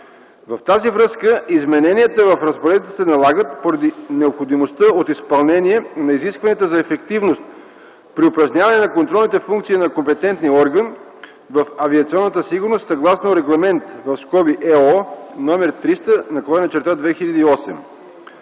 В тази връзка изменения в разпоредбите сe налагат поради необходимостта от изпълнение на изискванията за ефективност при упражняване на контролните функции на компетентния орган в авиационната сигурност, съгласно Регламент (ЕО) № 300/2008.